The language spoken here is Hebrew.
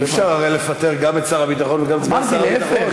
אי-אפשר הרי לפטר גם את שר הביטחון וגם את סגן שר הביטחון,